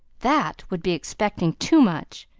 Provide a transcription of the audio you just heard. that would be expecting too much.